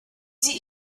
sie